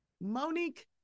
Monique